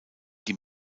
die